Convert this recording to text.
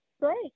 Great